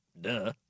Duh